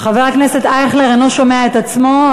חבר הכנסת אייכלר אינו שומע את עצמו,